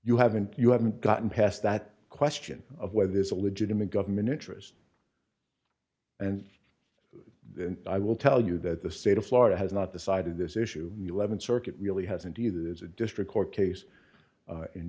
you haven't you haven't gotten past that question of whether there is a legitimate government interest and i will tell you that the state of florida has not decided this issue the lemon circuit really hasn't either as a district court case